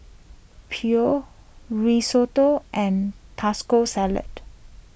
Pho Risotto and Tasco Salad